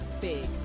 big